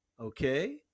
Okay